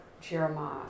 Jeremiah